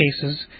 cases